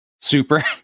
Super